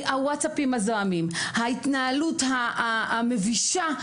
הוואטצאפים הזועמים, ההתנהלות המבישה.